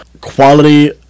quality